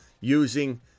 using